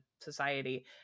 society